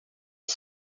are